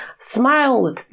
Smile